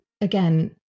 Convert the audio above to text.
again